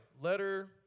Letter